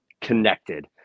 connected